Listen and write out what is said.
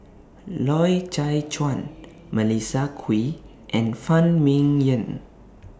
Loy Chye Chuan Melissa Kwee and Phan Ming Yen